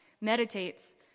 meditates